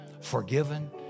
forgiven